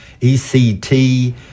ECT